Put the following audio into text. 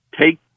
take